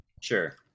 Sure